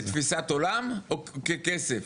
כתפיסת עולם או ככסף?